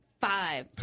Five